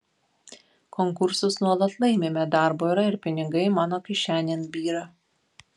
konkursus nuolat laimime darbo yra ir pinigai mano kišenėn byra